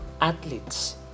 athletes